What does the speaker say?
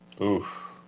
Oof